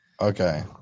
Okay